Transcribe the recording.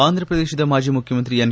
ಆಂಧಪ್ರದೇಶದ ಮಾಜಿ ಮುಖ್ಯಮಂತ್ರಿ ಎನ್